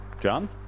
John